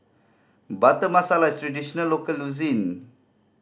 Butter Masala is a traditional local cuisine